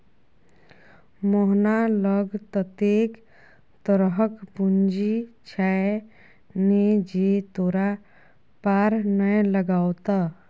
मोहना लग ततेक तरहक पूंजी छै ने जे तोरा पार नै लागतौ